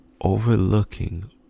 Overlooking